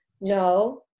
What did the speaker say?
no